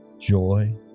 joy